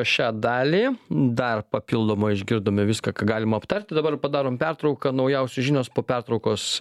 šią dalį dar papildomo išgirdome viską ką galim aptart dabar padarom pertrauką naujausios žinios po pertraukos